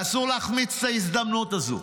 ואסור להחמיץ את ההזדמנות הזו